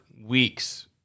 weeks